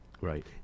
right